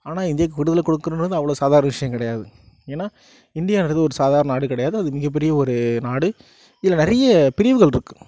ஆனால் இந்தியாக்கு விடுதலை கொடுக்கணுங்குறது அவ்வளோ சாதாரண விஷயம் கிடயாது ஏன்னால் இந்தியாங்கிறது ஒரு சாதாரண நாடு கிடையாது அது மிக பெரிய ஒரு நாடு இதில் நிறைய பிரிவுகள் இருக்குது